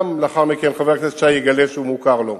לאחר מכן חבר הכנסת שי יגלה שהוא מוכר לו: